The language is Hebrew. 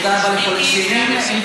תודה רבה לשר החינוך חבר הכנסת נפתלי בנט.